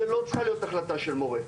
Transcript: זאת לא צריכה להיות החלטה של מורה,